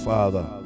Father